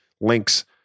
links